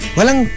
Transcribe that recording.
Walang